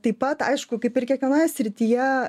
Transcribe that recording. taip pat aišku kaip ir kiekvienoje srityje